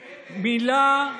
בנט,